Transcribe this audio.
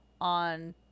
on